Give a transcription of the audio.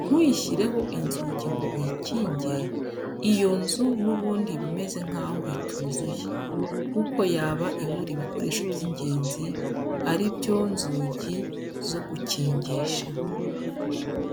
ntuyishyireho inzugi ngo uyikinge, iyo nzu n'ubundi iba imeze nkaho ituzuye, kuko yaba ibura ibikoresho by'ingenzi ari byo nzugi zo gukingisha.